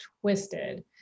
twisted